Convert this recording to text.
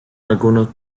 algunos